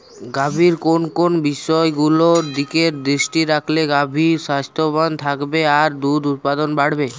গাভীর কোন কোন বিষয়গুলোর দিকে দৃষ্টি রাখলে গাভী স্বাস্থ্যবান থাকবে বা দুধ উৎপাদন বাড়বে?